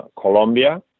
Colombia